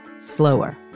slower